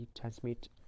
transmit